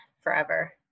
forever